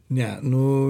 ne nu